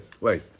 wait